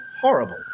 horrible